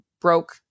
broke